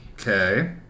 Okay